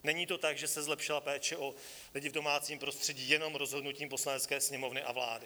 Není to tak, že se zlepšila péče o lidi v domácím prostředí jenom rozhodnutím Poslanecké sněmovny a vlády.